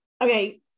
okay